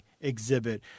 exhibit